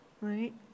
right